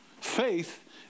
faith